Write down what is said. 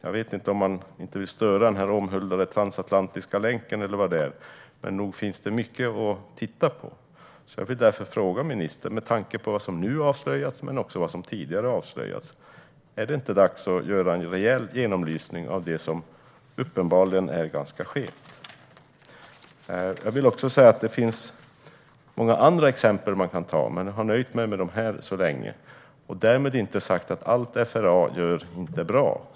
Jag vet inte om det är för att man inte vill störa den omhuldade transatlantiska länken eller vad det är, men nog finns det mycket att titta på. Jag vill därför fråga ministern: Är det inte, med tanke på vad som nu har avslöjats men också vad som tidigare har avslöjats, dags att göra en rejäl genomlysning av det som uppenbarligen är ganska skevt? Det finns många andra exempel man kan ta, men jag nöjer mig med dessa så länge. Därmed inte sagt att allt FRA gör inte är bra.